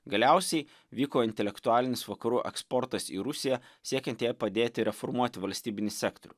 galiausiai vyko intelektualinis vakarų eksportas į rusiją siekiant jai padėti reformuoti valstybinį sektorių